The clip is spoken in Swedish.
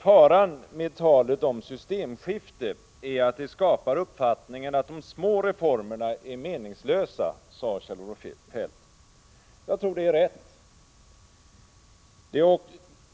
Herr talman! Faran med talet om systemskifte är att det skapar uppfattningen att de små reformerna är meningslösa, sade Kjell-Olof Feldt. Jag tror att det är rätt. Men